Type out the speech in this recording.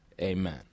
Amen